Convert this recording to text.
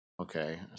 okay